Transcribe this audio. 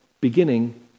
beginning